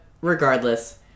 regardless